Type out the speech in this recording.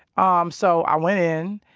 um so i went in,